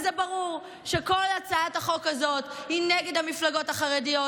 וזה ברור שכל הצעת החוק הזאת היא נגד המפלגות החרדיות,